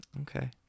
Okay